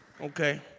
Okay